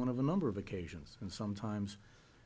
one of the number of occasions and sometimes